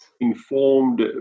informed